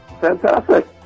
Fantastic